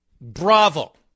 bravo